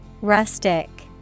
Rustic